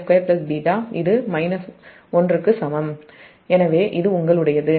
189 β2 β இது 1 க்கு சமம் எனவே அது உங்களுடையது